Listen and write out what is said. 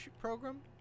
program